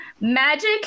magic